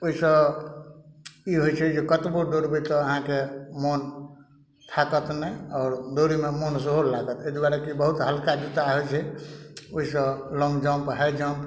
ओइसँ ई होइ छै जे कतबो दौड़बय तऽ अहाँके मोन थाकत नहि आओर दौड़यमे मोन सेहो लागत अइ दुआरे कि बहुत हल्का जूता होइ छै ओइसँ लौंग जम्प हाइ जम्प